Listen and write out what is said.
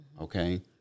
Okay